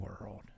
World